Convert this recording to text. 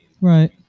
Right